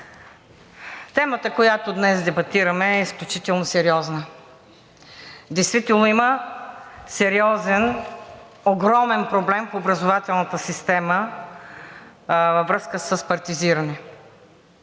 Темата, която днес дебатираме, е изключително сериозна. Действително има сериозен, огромен проблем в образователната система във връзка с партизирането.